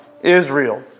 Israel